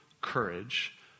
courage